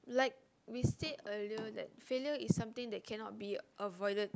like we said earlier that filial is something that cannot be avoided